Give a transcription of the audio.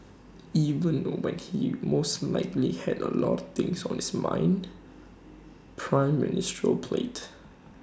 even when he most likely had A lot of things on his might ministerial plate